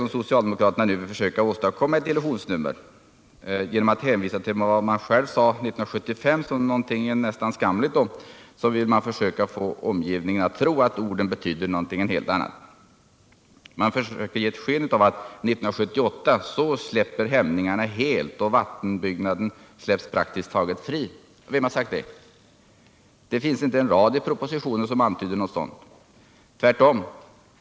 Vad socialdemokraterna försöker åstadkomma är därför ett illusionsnummer. Genom att hänvisa till vad man själv sade år 1975 som nå 65 gonting nästan skamligt vill man försöka få omgivningen att tro att orden betyder någonting helt annat. Man försöker ge sken av att år 1978 släpper hämningarna helt och vattenbyggnaden släpps praktiskt taget också fri. Vem har sagt det? Det finns inte en rad i propositionen som antyder något sådant — tvärtom.